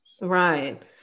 Right